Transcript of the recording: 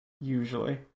usually